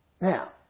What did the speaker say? now